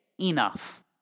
Enough